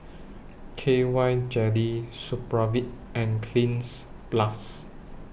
K Y Jelly Supravit and Cleanz Plus